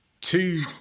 two